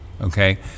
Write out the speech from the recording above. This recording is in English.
Okay